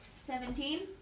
Seventeen